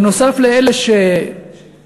בנוסף לאלה שמתו,